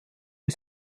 die